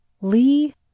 Lee